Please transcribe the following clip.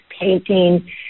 painting